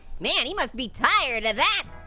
man, he must be tired of that!